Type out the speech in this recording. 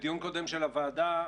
בדיון הקודם של הוועדה,